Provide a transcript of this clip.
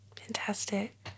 Fantastic